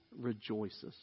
rejoices